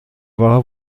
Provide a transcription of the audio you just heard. war